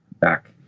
back